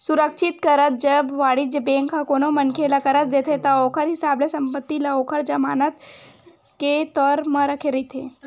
सुरक्छित करज, जब वाणिज्य बेंक ह कोनो मनखे ल करज देथे ता ओखर हिसाब ले संपत्ति ल ओखर जमानत के तौर म रखे रहिथे